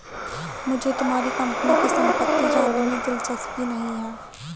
मुझे तुम्हारे कंपनी की सम्पत्ति जानने में दिलचस्पी नहीं है